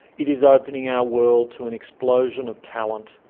it is opening our world to an explosion of talent,